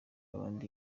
abandi